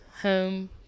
home